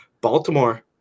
Baltimore